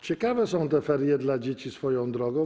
Ciekawe są te ferie dla dzieci, swoją drogą.